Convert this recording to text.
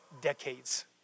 decades